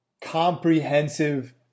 Comprehensive